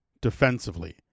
defensively